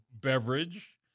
beverage